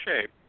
shape